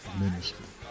ministry